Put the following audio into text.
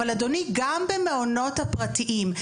אבל אדוני גם במעונות הפרטיים.